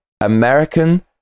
American